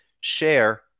share